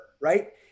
right